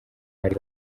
ari